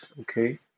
okay